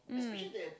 mm